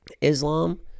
Islam